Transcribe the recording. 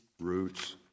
roots